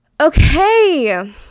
okay